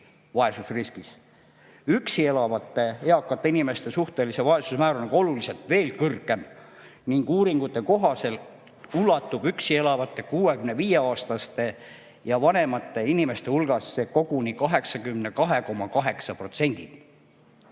vaesusriskis. Üksi elavate eakate suhtelise vaesuse määr on veel kõrgem ning uuringute kohaselt ulatub üksi elavate 65-aastaste ja vanemate inimeste hulgas see koguni 82,8%-ni.